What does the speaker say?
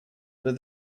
but